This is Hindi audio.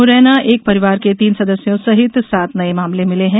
मुरैना एक परिवार के तीन सदस्यों सहित सात नये मामले मिले हैं